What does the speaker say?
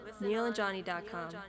neilandjohnny.com